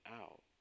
out